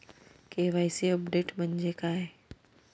KYC update म्हणजे काय?